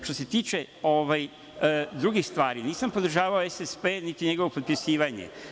Što se tiče drugih stvari, nisam podržavao SSP, niti njegovo potpisivanje.